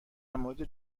مورد